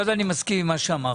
היות שאני מסכים עם מה שאמרת,